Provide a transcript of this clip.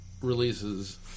releases